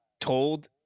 told